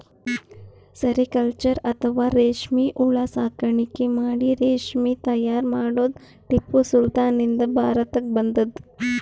sericulture ಅಥವಾ ರೇಶ್ಮಿ ಹುಳ ಸಾಕಾಣಿಕೆ ಮಾಡಿ ರೇಶ್ಮಿ ತೈಯಾರ್ ಮಾಡದ್ದ್ ಟಿಪ್ಪು ಸುಲ್ತಾನ್ ನಿಂದ್ ಭಾರತಕ್ಕ್ ಬಂದದ್